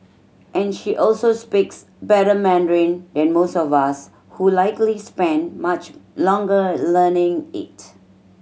and she also speaks better Mandarin than most of us who likely spent much longer learning it